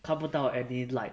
看不到 any light